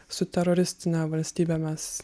su teroristine valstybe mes